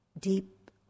deep